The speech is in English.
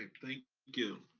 um thank you.